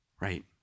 right